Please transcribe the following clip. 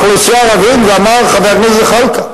לאוכלוסייה הערבית, ואמר חבר הכנסת זחאלקה,